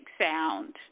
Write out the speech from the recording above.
sound